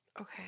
Okay